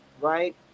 right